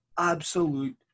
Absolute